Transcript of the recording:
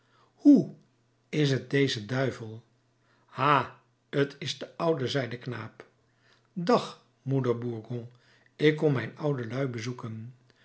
hoe is t deze duivel ha t is de oude zei de knaap dag moeder burgon ik kom mijn oudelui bezoeken